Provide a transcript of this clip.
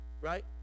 right